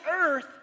earth